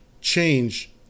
change